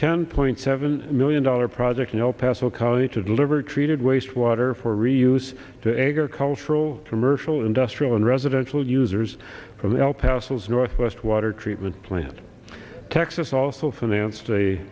ten point seven million dollars project in el paso county to deliver treated waste water for reuse to agricultural commercial industrial and residential users for the el paso's northwest water treatment plant texas also financed